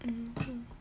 hmm